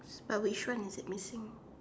but which one is it missing